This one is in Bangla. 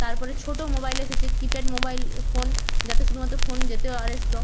তার পরে ছোটো মোবাইল এসেছে কিপ্যাড মোবাইল ফোন যাতে শুধুমাত্র ফোন যেত আর আসত